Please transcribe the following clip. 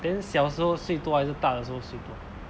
then 小时候睡多还是大的时候人睡多